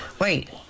Wait